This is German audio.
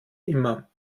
immer